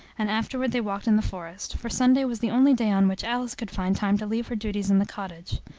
and afterward they walked in the forest for sunday was the only day on which alice could find time to leave her duties in the cottage.